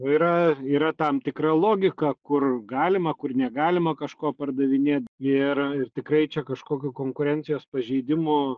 yra yra tam tikra logika kur galima kur negalima kažko pardavinėt ir ir tikrai čia kažkokių konkurencijos pažeidimų